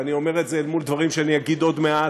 ואני אומר את זה מול דברים שאני אגיד עוד מעט,